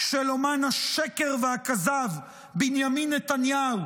של אומן השקר והכזב בנימין נתניהו,